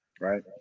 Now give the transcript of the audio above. Right